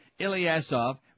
Ilyasov